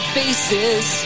faces